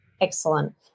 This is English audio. Excellent